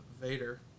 Vader